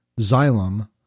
Xylem